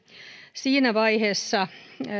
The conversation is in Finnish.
siinä vaiheessa